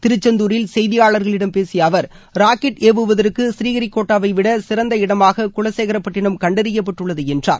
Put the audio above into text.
திருச்செந்தூரில் செய்தியாளர்களிடம் பேசிய அவர் ராக்கெட் ஏவுவதற்கு ஸ்ரீஹரிகோட்டாவை விட சிறந்த இடமாக குலசேகரப்பட்டனம் கண்டறியப்பட்டுள்ளது என்றார்